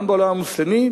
גם בעולם המוסלמי,